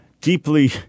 deeply